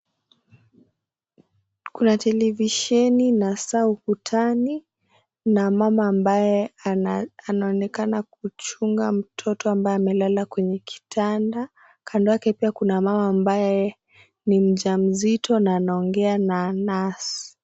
Kuna televisheni na saa ukutani, na mama ambaye anaonekana kuchunga mtoto ambaye amelala kwenye kitanda, kando yake pia kuna mama ambaye ni mjamzito na anaongea na nurse .